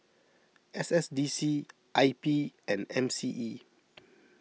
S S D C I P and M C E